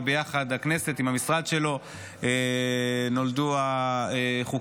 וביחד עם הכנסת והמשרד שלו נולדו החוקים